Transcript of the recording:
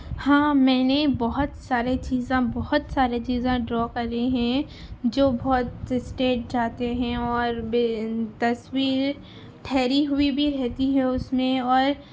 ہاں میں نے بہت سارے چیزاں بہت سارے چیزاں ڈرا کرے ہیں جو بہت اسٹیٹ جاتے ہیں اور تصویر ٹھہری ہوئی بھی رہتی ہے اُس میں اور